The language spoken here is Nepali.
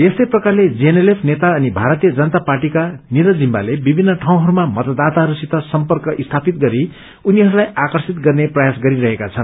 यस्तै प्रकारले जीएनएलएफ नेता अनि मारतीय जनता पार्टीका निरज जिम्बाले विभिन्न ठाउँहरूमा मतदाताहरूसित सम्पर्क स्यापित गरी उनीहरूलाई आकर्षित गर्ने प्रयास गरिरहेका छन्